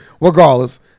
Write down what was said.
Regardless